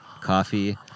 coffee